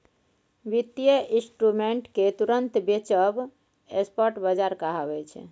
बित्तीय इंस्ट्रूमेंट केँ तुरंत बेचब स्पॉट बजार कहाबै छै